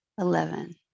eleven